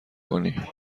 کنی